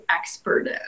expert